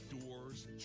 doors